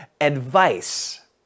advice